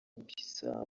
bissau